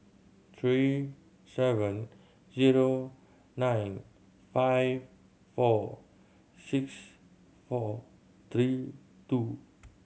three seven zero nine five four six four three two